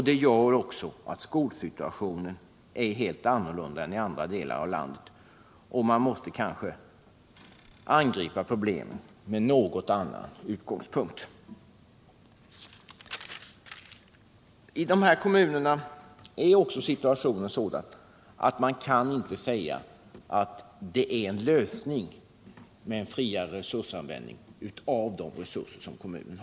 Det gör också att skolsituationen är helt annorlunda än i andra delar av landet, och man måste kanske därför angripa problemen från något annorlunda utgångspunkter. I sådana här kommuner är situationen sådan att man inte kan säga att systemet med en friare resursanvändning innebär en lösning av problemen.